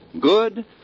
Good